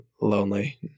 lonely